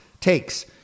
takes